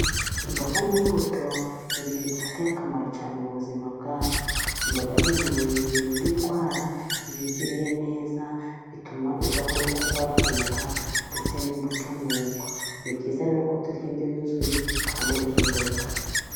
Imboga n'imbuto ni ibintu bidufitiye akamaro cyane mu buzima bwacu. Imboga ziri mu bintu birinda indwara, iyo uziriye neza, bituma udahora urwaragurika ndetse n'imbuto ni uko. Ni byiza rero ko turya indyo yuzuye kandi iriho imboga.